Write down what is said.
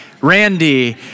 Randy